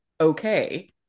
okay